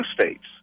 states